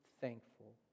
thankful